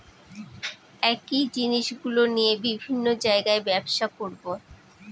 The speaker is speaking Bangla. একই জিনিসগুলো নিয়ে বিভিন্ন জায়গায় ব্যবসা করবো